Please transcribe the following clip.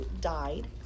died